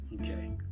okay